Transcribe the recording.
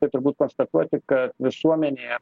tai turbūt konstatuoti kad visuomenėje